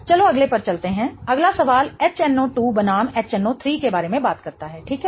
चलो अगले पर चलते हैं अगला सवाल HNO2 बनाम HNO3 के बारे में बात करता है ठीक है